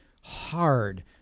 hard